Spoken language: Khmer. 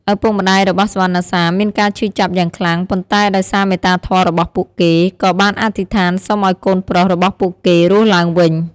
ឪពុកម្ដាយរបស់សុវណ្ណសាមមានការឈឺចាប់យ៉ាងខ្លាំង ប៉ុន្តែដោយសារមេត្តាធម៌របស់ពួកគេ ក៏បានអធិដ្ឋានសុំឱ្យកូនប្រុសរបស់ពួកគេរស់ឡើងវិញ។